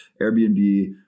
Airbnb